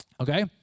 Okay